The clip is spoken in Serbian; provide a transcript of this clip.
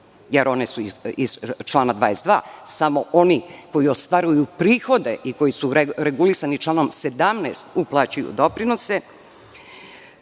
jer one su iz člana 22. samo oni koji ostvaruju prihode i koji su regulisani članom 17. uplaćuju doprinose.